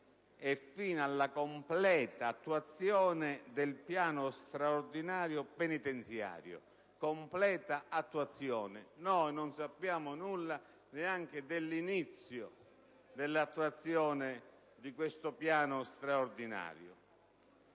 e fino alla completa attuazione del piano straordinario penitenziario. Completa attuazione: noi non sappiamo nulla neanche dell'inizio dell'attuazione di questo piano straordinario.